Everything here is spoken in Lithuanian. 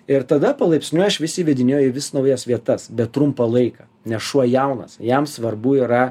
ir tada palaipsniui aš vis jį vedinėju į vis naujas vietas bet trumpą laiką nes šuo jaunas jam svarbu yra